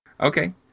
Okay